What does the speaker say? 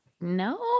no